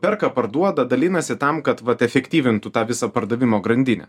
perka parduoda dalinasi tam kad vat efektyvintų tą visą pardavimo grandinę